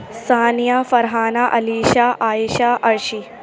Sania Farhana Alisha Ayesha Arshi